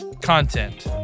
content